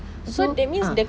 so ah